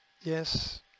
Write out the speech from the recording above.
Yes